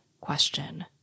question